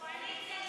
קואליציה,